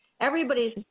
everybody's